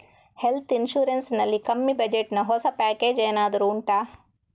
health insurance ನಲ್ಲಿ ಕಮ್ಮಿ budget ನ ಹೊಸ ಪ್ಯಾಕೇಜ್ ಏನಾದರೂ ಉಂಟಾ